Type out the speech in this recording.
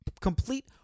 complete